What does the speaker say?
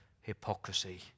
hypocrisy